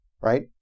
right